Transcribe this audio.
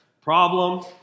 Problem